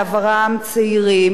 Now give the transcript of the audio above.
נפתח להם תיק פלילי,